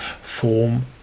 form